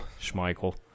Schmeichel